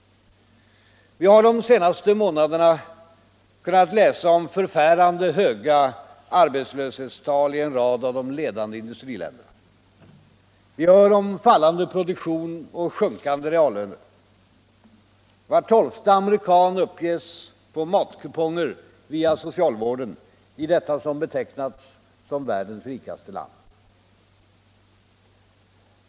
Vi har de senaste månaderna kunnat läsa om förfärande höga arbetslöshetstal i en rad av de ledande industriländerna. Vi hör om fallande produktion och sjunkande reallöner. Var tolfte amerikan uppges få matkuponger via socialvården, i detta som betecknats som världens rikaste land.